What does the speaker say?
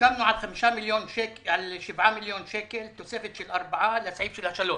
סיכמנו על 7 מיליון שקל, תוספת של 4 לסעיף של ה-3.